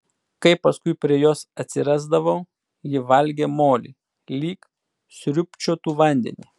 kai paskui prie jos atsirasdavau ji valgė molį lyg sriūbčiotų vandenį